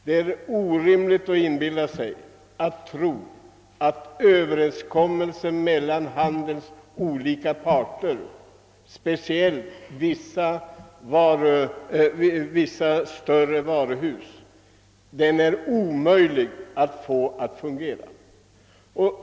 Det är orimligt att tro att man kan få överenskommelser mellan handelns olika parter att fungera, speciellt när det gäller vissa större varuhus.